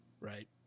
right